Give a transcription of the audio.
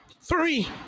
Three